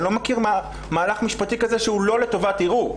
אני לא מכיר מהלך משפטי כזה שהוא לא לטובת ערעור,